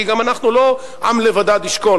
כי אנחנו לא "עם לבדד ישכון",